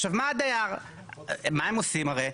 עכשיו מה הם עושים הרי?